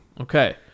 okay